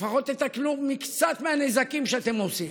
לפחות תתקנו מקצת מהנזקים שאתם עושים.